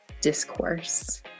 discourse